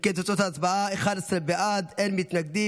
אם כן, תוצאות ההצבעה: 11 בעד, אין מתנגדים.